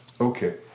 Okay